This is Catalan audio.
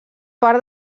part